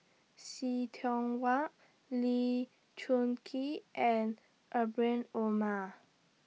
See Tiong Wah Lee Choon Kee and Rahim Omar